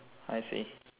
I see